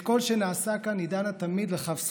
את כל מה שנעשה כאן היא דנה תמיד לכף זכות,